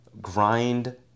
grind